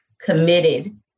committed